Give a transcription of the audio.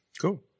Cool